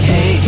Hey